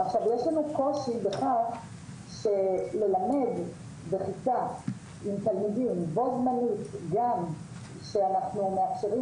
יש לנו קושי בכך שללמד בכיתה עם תלמידים בו זמנית גם כשאנחנו מאפשרים